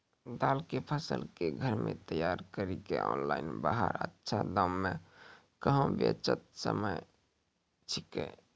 दाल के फसल के घर मे तैयार कड़ी के ऑनलाइन बाहर अच्छा दाम मे कहाँ बेचे सकय छियै?